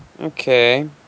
Okay